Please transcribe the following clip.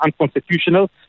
unconstitutional